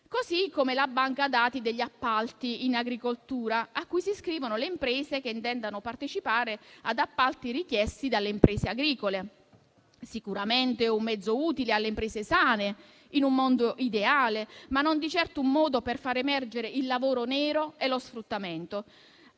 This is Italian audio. modo vi è la banca dati degli appalti in agricoltura, a cui si iscrivono le imprese che intendano partecipare ad appalti richiesti dalle imprese agricole: sicuramente un mezzo utile alle imprese sane, in un mondo ideale, ma non di certo un modo per far emergere il lavoro nero e lo sfruttamento.